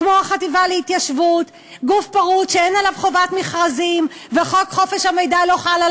לעשות התיישבות, זה הכול.